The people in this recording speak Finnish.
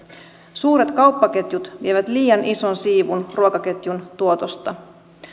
suuret kauppaketjut vievät liian ison siivun ruokaketjun tuotosta